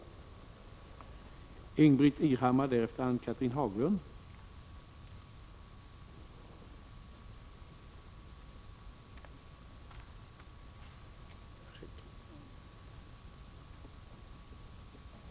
Om åtgärder för att skydda kvinnor som utsatts för misshandel